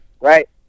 right